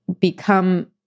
become